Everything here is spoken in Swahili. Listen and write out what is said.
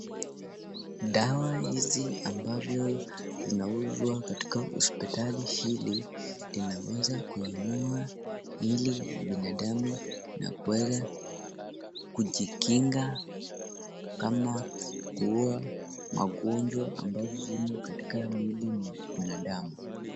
Dawa hizi ambavyo vinauzwa katika hospitali hili zinaweza kuinua mwili wa binadamu na kuweza kujikinga kama kuua magonjwa ambayo iko katika miili ya binadamu.